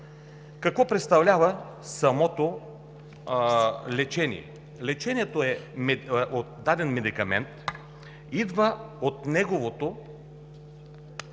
Какво представлява самото лечение? Лечението е: даден медикамент идва от неговото